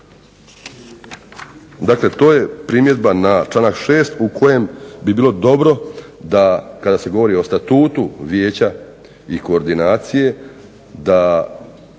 Dakle, to je primjedba na članak 6. u kojem bi bilo dobro da kada se govori o Statutu vijeća i koordinacije da